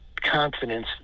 confidence